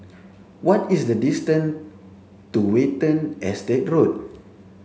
what is the distance to Watten Estate Road